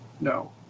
No